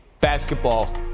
basketball